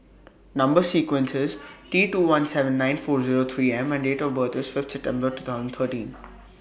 Number sequence IS T two one seven nine four Zero three M and Date of birth IS Fifth September two thousand thirteen